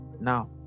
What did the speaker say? now